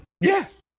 Yes